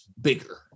bigger